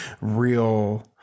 real